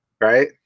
Right